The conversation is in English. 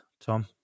Tom